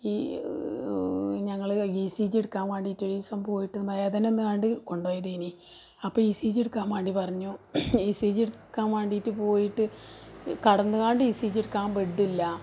ഈ ഞങ്ങൾ E C G എടുക്കാൻ വേണ്ടിയിട്ട് ഒരുദിവസം പോയിട്ട് വേദന വന്ന്കാണ്ട് കൊണ്ടോയതേനി അപ്പോൾ ഇ സി ജി എടുക്കാൻ വേണ്ടി പറഞ്ഞു ഇ സി ജി എടുക്കാൻ വേണ്ടിയിട്ട് പോയിട്ട് കിടന്നുകൊണ്ട് ഇ സി ജി എടുക്കാൻ ബെഡ്ഡില്ലാ